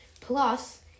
plus